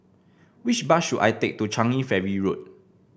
which bus should I take to Changi Ferry Road